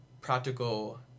practical